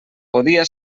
podia